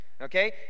Okay